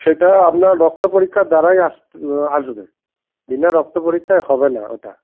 সেটা আপনার রক্ত পরীক্ষার দ্বারাই আসবে বিনা রক্ত পরীক্ষায় হবেনা ওটা